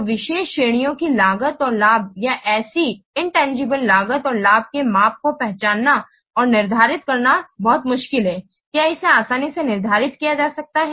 तो विशेष श्रेणियों की लागत और लाभ या ऐसी इनतांगीबले लागत और लाभ के माप को पहचानना और निर्धारित करना बहुत मुश्किल है क्या इसे आसानी से निर्धारित किया जा सकता है